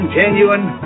genuine